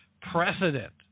precedent